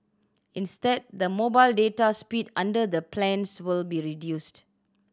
instead the mobile data speed under the plans will be reduced